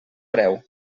preu